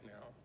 now